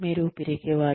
మీరు పిరికివారు